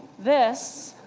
this